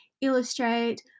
illustrate